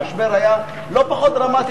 המשבר היה לא פחות דרמטי.